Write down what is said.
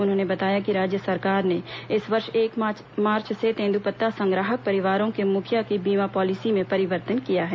उन्होंने बताया कि राज्य सरकार ने इस वर्ष एक मार्च से तेन्द्रपत्ता संग्राहक परिवारों के मुखिया की बीमा पॉलिसी में परिवर्तन किया है